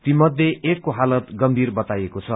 ती मध्ये एकको हालत गंभीर बताइएको छ